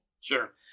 Sure